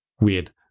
weird